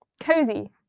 cozy